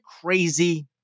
crazy